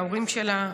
ההורים שלה,